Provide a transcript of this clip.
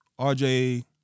RJ